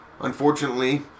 unfortunately